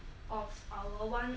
of our [one]